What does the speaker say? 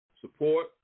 support